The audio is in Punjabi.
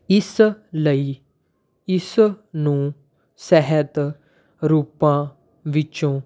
ਇਸ ਲਈ ਇਸ ਨੂੰ ਸਹਿਤ ਰੂਪਾਂ ਵਿੱਚੋਂ